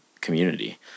community